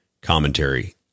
commentary